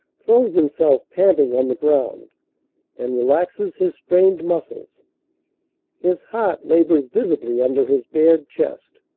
throws himself panting on the ground and relaxes his strained muscles his heart labors visibly under his bared chest.